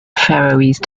faroese